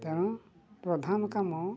କାରଣ ପ୍ରଧାନ କାମ